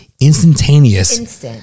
instantaneous